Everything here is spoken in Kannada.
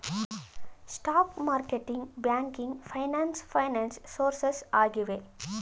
stock marketing, banking finance finance sources ಆಗಿವೆ